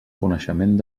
coneixement